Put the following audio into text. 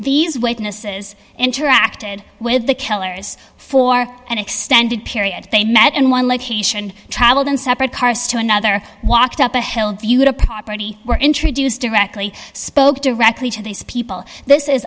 these witnesses interacted with the killers for an extended period they met in one location traveled in separate cars to another walked up the hill viewed a property were introduced directly spoke directly to these people this is